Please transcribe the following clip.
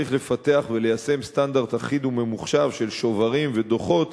צריך לפתח וליישם סטנדרט אחיד וממוחשב של שוברים ודוחות